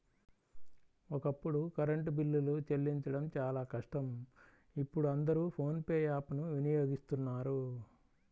ఒకప్పుడు కరెంటు బిల్లులు చెల్లించడం చాలా కష్టం ఇప్పుడు అందరూ ఫోన్ పే యాప్ ను వినియోగిస్తున్నారు